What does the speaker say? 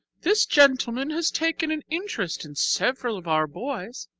this gentleman has taken an interest in several of our boys.